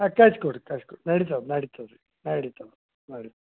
ಹಾಂ ಕಳ್ಸಿ ಕೊಡಿರಿ ಕಳ್ಸಿ ಕೊಡಿರಿ ನಡೀತಾವೆ ನಡೀತಾವೆ ರೀ ನಡೀತಾವೆ ನಡಿ